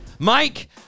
Mike